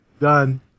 done